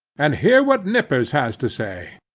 and hear what nippers has to say.